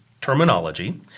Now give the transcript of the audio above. terminology